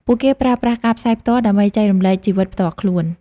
ពួកគេប្រើប្រាស់ការផ្សាយផ្ទាល់ ដើម្បីចែករំលែកជីវិតផ្ទាល់ខ្លួន។